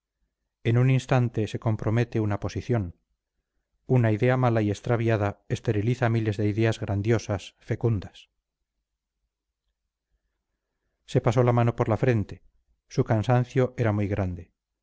en un instante se compromete una posición una idea mala y extraviada esteriliza miles de ideas grandiosas fecundas se pasó la mano por la frente su cansancio era muy grande